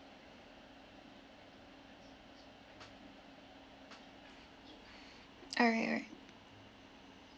all right all right